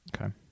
Okay